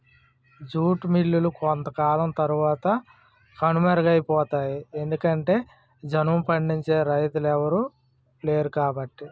jute మిల్లులు కొంతకాలం తరవాత కనుమరుగైపోతాయి ఎందుకంటె జనుము పండించే రైతులెవలు లేరుకాబట్టి